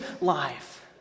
life